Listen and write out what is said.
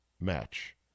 match